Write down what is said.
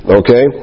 okay